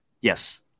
Yes